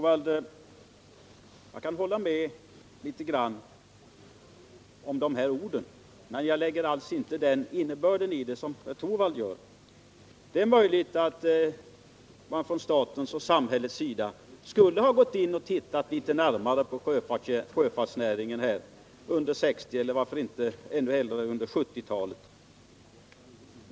Jag kan hålla med om de här orden, men jag lägger alls inte den innebörd i dem som herr Torwald gör. Det är möjligt att staten och samhället skulle ha gått in och tittat litet närmare på sjöfartsnäringen under 1960-talet och ännu hellre under 1970 talet.